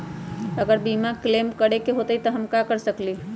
अगर बीमा क्लेम करे के होई त हम कहा कर सकेली?